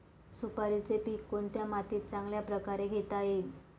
सुपारीचे पीक कोणत्या मातीत चांगल्या प्रकारे घेता येईल?